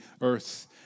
earth